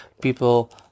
People